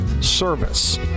service